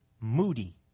moody